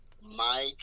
Mike